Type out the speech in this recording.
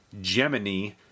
Gemini